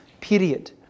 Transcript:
period